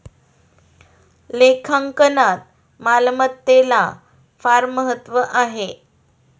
लेखांकनात मालमत्तेला फार महत्त्व आहे